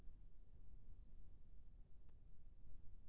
गोभी के निराई बर सबले बने मशीन का ये?